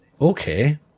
okay